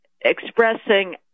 expressing